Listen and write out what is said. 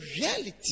reality